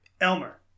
Elmer